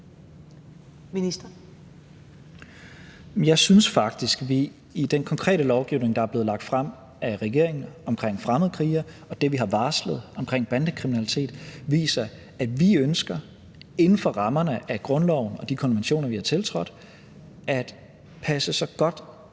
Jeg synes faktisk, at vi i den konkrete lovgivning, der er blevet lagt frem af regeringen om fremmedkrigere, og det, vi har varslet om bandekriminalitet, viser, at vi inden for rammerne af grundloven og de konventioner, vi har tiltrådt, ønsker at passe så godt